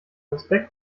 respekt